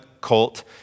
colt